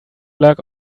luck